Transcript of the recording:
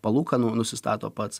palūkanų nusistato pats